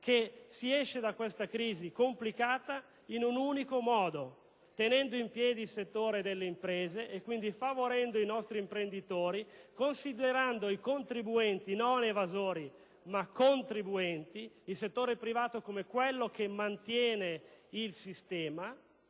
che si esce da questa crisi complicata in un solo modo: tenendo in piedi il settore delle imprese (e quindi favorendo i nostri imprenditori), considerando i contribuenti non evasori ma contribuenti e il settore privato come quello che mantiene il sistema